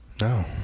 No